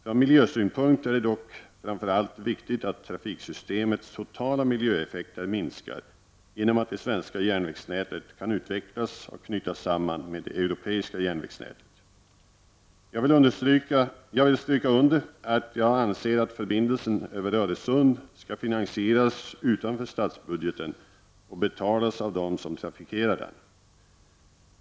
Från miljösynpunkt är det dock framför allt viktigt att trafiksystemets totala miljöeffekter minskar genom att det svenska järnvägsnätet kan utvecklas och knytas samman med det europeiska järnvägsnätet. Jag vill stryka under att jag anser att förbindelsen över Öresund skall finansieras utanför statsbudgeten och betalas av dem som trafikerar den.